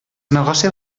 negocis